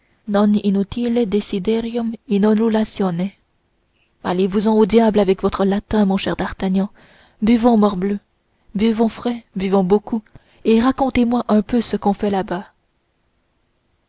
allez-vous-en au diable avec votre latin mon cher d'artagnan buvons morbleu buvons frais buvons beaucoup et racontez-moi un peu ce qu'on fait là-bas